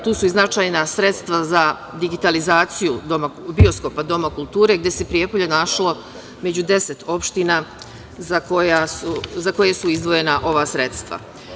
Tu su i značajna sredstva za digitalizaciju bioskopa Doma kulture, gde se Prijepolje našlo među 10 opština za koje su izdvojena ova sredstva.